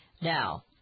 Now